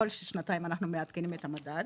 כל שנתיים אנחנו מעדכנים את המדד.